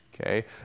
Okay